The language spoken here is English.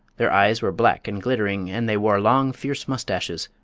their eyes were black and glittering and they wore long, fierce mustaches,